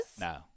No